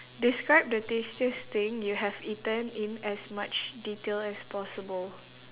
describe the tastiest thing you have eaten in as much detail as possible